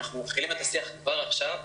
אנחנו מתחילים את השיח כבר עכשיו,